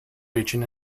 region